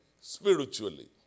spiritually